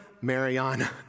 Mariana